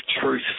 truth